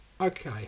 Okay